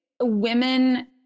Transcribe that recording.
women